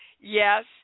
Yes